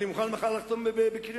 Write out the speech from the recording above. אני מוכן מחר לחתום בקריית-ספר.